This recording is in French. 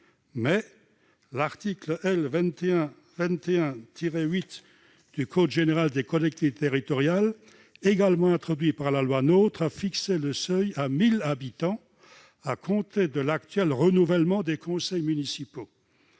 Or l'article L 2121-8 du code général des collectivités territoriales, également introduit par la loi NOTRe, a fixé le seuil à 1 000 habitants à compter de l'actuel renouvellement des conseils municipaux.